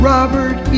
Robert